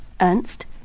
Ernst